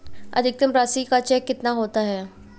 अधिकतम राशि का चेक कितना होता है?